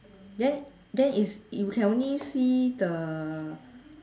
then then is you can only see the